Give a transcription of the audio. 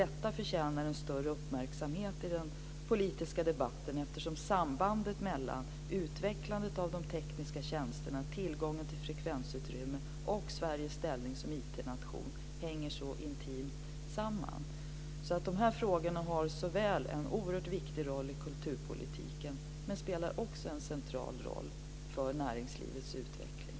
Detta förtjänar en större uppmärksamhet i den politiska debatten, eftersom sambandet mellan utvecklandet av de tekniska tjänsterna, tillgången till frekvensutrymmet och Sveriges ställning som IT-nation hänger så intimt samman. Dessa frågor har en oerhört viktig roll i kulturpolitiken men spelar också en central roll för näringslivets utveckling.